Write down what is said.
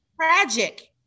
tragic